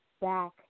back